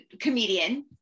comedian